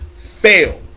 fail